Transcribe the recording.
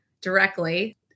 directly